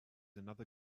another